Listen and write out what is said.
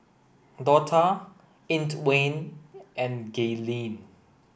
Dortha Antwain and Gaylene